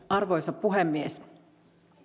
arvoisa puhemies